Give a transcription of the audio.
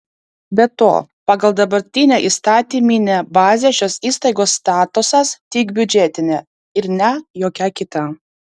be to pagal dabartinę įstatyminę bazę šios įstaigos statusas tik biudžetinė ir ne jokia kita